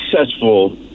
successful